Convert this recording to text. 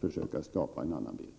försöka skapa en annan bild.